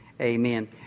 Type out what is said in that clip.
amen